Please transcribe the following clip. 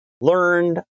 learned